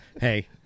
hey